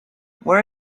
where